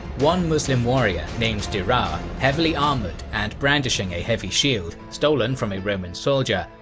one muslim warrior named dhiraar, heavily armoured and brandishing a heavy shield stolen from a roman soldier,